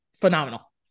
phenomenal